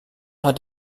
hat